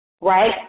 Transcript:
right